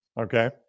Okay